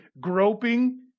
groping